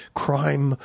crime